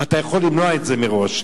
אתה יכול למנוע את זה מראש.